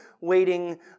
waiting